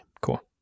Cool